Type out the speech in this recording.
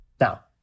Now